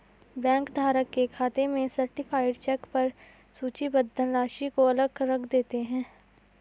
bank धारक के खाते में सर्टीफाइड चेक पर सूचीबद्ध धनराशि को अलग रख देते हैं